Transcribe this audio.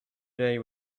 day